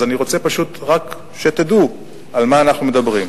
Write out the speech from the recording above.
אז אני רוצה, פשוט, רק שתדעו על מה אנחנו מדברים.